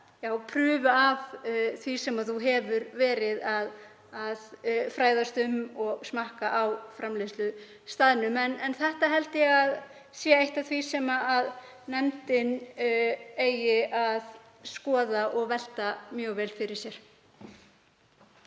prufu af því sem maður hefur verið að fræðast um og smakka á framleiðslustaðnum. En þetta held ég að sé eitt af því sem nefndin eigi að skoða og velta mjög vel fyrir sér.